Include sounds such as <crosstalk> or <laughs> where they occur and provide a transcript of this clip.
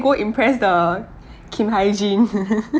go impress the kim hae jin <laughs>